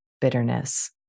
bitterness